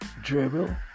Dribble